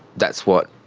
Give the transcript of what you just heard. that's what,